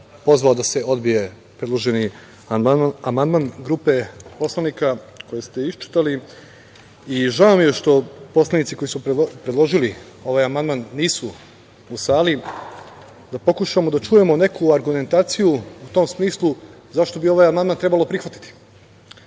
da se odbije predloženi amandman grupe poslanika koji ste iščitali. Žao mi je što poslanici koji su predložili ovaj amandman nisu u sali, da pokušamo da čujemo neku argumentaciju u tom smislu zašto bi ovaj amandman trebalo prihvatiti. Moje